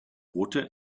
water